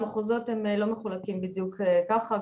המחוזות הם לא מחולקים בדיוק ככה.